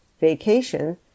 vacation